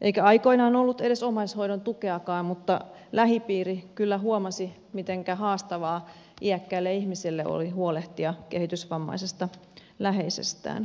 eikä aikoinaan ollut edes omaishoidon tukeakaan mutta lähipiiri kyllä huomasi miten haastavaa iäkkäälle ihmiselle oli huolehtia kehitysvammaisesta läheisestään